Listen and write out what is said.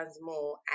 more